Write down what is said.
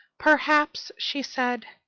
perhaps, she said,